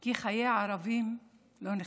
כי חיי ערבים לא נחשבים.